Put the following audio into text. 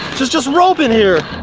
just just rope in here.